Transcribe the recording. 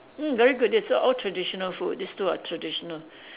mm very good that's all traditional food these two are traditional